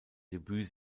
debüt